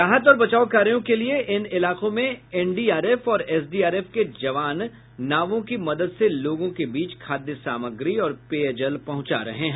राहत और बचाव कार्यो के लिए इन इलाकों में एनडीआरएफ और एसडीआरएफ के जवान नावों की मदद से लोगों के बीच खाद्य सामग्री और पेयजल पहुंचा रहे हैं